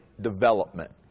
development